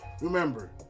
Remember